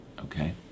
Okay